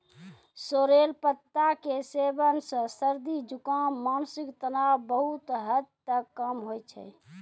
sorrel पत्ता के सेवन सॅ सर्दी, जुकाम, मानसिक तनाव बहुत हद तक कम होय छै